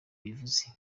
bivuze